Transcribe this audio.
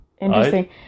interesting